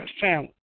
family